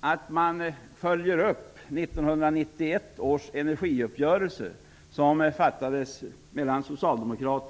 att man följer upp 1991 års energiuppgörelse som träffades mellan Herr talman!